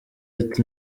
ati